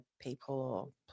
people